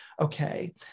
okay